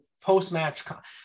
post-match